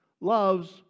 loves